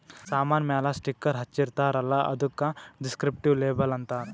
ಸಾಮಾನ್ ಮ್ಯಾಲ ಸ್ಟಿಕ್ಕರ್ ಹಚ್ಚಿರ್ತಾರ್ ಅಲ್ಲ ಅದ್ದುಕ ದಿಸ್ಕ್ರಿಪ್ಟಿವ್ ಲೇಬಲ್ ಅಂತಾರ್